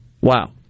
Wow